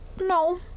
no